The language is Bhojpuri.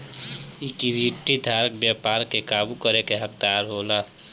इक्विटी धारक व्यापार के काबू करे के हकदार होला